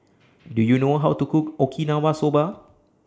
Do YOU know How to Cook Okinawa Soba